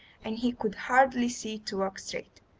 and he could hardly see to walk straight,